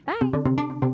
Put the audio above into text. bye